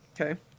Okay